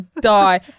die